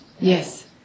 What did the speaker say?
Yes